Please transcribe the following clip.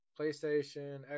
playstation